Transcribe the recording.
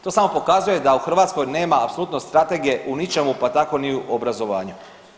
To samo pokazuje da u Hrvatskoj nema apsolutno strategije u ničemu pa tako ni u obrazovanju.